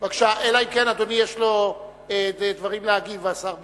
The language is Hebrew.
אלא אם כן אדוני יש לו דברים להגיב, השר בגין.